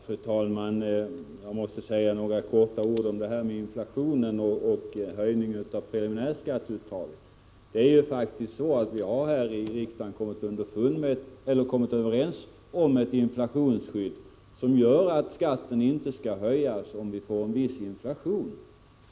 Fru talman! Jag skall kortfattat säga några ord om detta med inflationen och höjningen av preliminärskatteuttaget. Här i riksdagen har vi faktiskt kommit överens om ett inflationsskydd, dvs. att skatten inte skall höjas om vi får en viss inflation.